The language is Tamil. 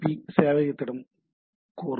பி சேவையகத்திடம் கோரும்